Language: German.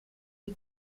die